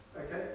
Okay